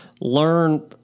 learn